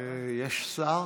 יש שר?